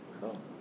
Cool